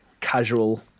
casual